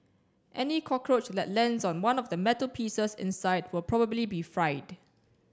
any cockroach that lands on one of the metal pieces inside will probably be fried